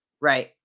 right